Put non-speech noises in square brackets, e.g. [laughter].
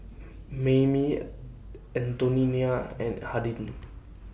Mamie [hesitation] Antonina and Hardin